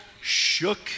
shook